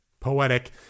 poetic